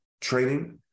training